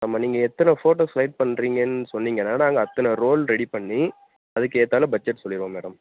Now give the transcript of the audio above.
ஆமாம் நீங்கள் எத்தனை ஃபோட்டோ செலெக்ட் பண்ணுறீங்கன்னு சொன்னிங்கன்னால் நாங்கள் அத்தனை ரோல் ரெடி பண்ணி அதுக்கேத்தால பட்ஜெட் சொல்லிடுவோம் மேடம்